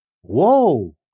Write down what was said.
Whoa